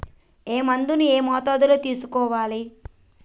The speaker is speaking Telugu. ఏ మందును ఏ మోతాదులో తీసుకోవాలి?